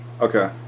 Okay